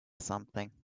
something